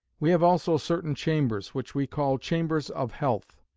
we have also certain chambers, which we call chambers of health,